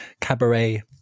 cabaret